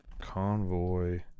Convoy